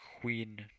Queen